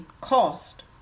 cost